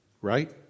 Right